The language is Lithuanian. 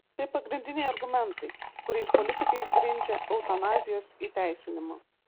tai pagrindiniai argumentai kuriais politikai grindžia eutanazijos įteisinimą